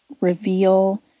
reveal